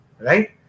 right